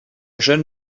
jeune